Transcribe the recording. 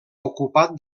ocupat